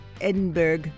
Edinburgh